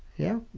yeah?